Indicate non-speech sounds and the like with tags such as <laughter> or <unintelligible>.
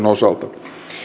<unintelligible> osalta